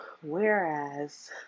whereas